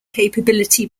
capability